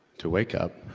to wake up.